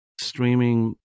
streaming